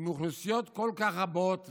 עם אוכלוסיות כל כך רבות ומגוונות,